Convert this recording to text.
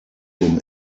dem